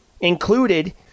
included